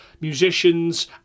musicians